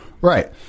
Right